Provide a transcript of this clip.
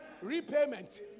repayment